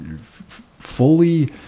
fully